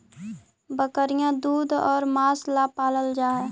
बकरियाँ दूध और माँस ला पलाल जा हई